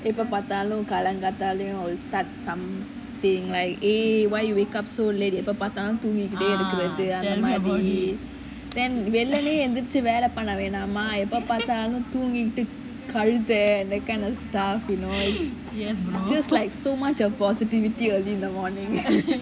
if a எப்போப்பாத்தாலும் காலங்காத்தால:eppopaathaalum kalangaathaala will start something like eh why you wake up so late எப்போ பாத்தாலும் தூங்கிக்கிடயே இருக்கிறது அந்த மாரி:eppo paathaalum thoongikitae irukirathu antha maari then எல்லாமே எஞ்சி வெல்ல பண வெண்ணம எப்போப்பாத்தாலும் துங்கிட்டு கழுத்தை:ellamae yeanchi vella paana vennama eppopaathaalum thooingitu kazhutha that kind of stuff you know that's like so much of positivity early in the morning